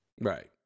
Right